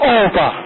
over